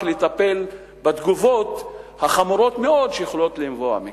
לטפל בתגובות החמורות מאוד שיכולות לנבוע מכך.